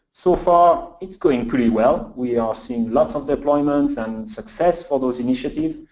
so far it's going pretty well. we are seeing lots of deployments and success for those initiatives.